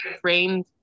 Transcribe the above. framed